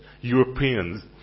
Europeans